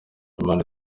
imana